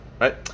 Right